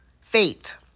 Fate